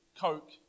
Coke